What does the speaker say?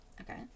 Okay